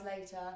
later